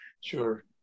Sure